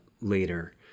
later